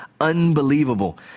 unbelievable